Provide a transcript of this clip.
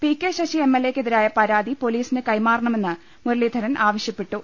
P K Sasi M L എക്കെതിരായ പരാതി പൊലീസിന് കൈമാറണമെന്ന് മുരളീധരൻ ആവശ്യപ്പെട്ടു